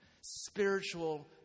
spiritual